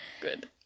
Good